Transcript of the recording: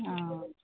অঁ